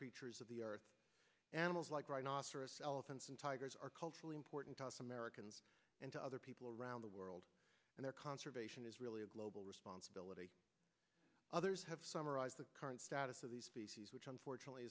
creatures of the earth animals like rhinoceros elephants and tigers are culturally important to us americans and to other people around the world and their conservation is really a global responsibility others have summarized the current status of the species which unfortunately